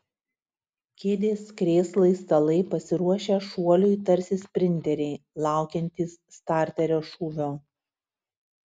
kėdės krėslai stalai pasiruošę šuoliui tarsi sprinteriai laukiantys starterio šūvio